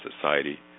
society